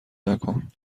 نکن